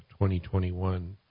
2021